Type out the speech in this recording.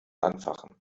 anfachen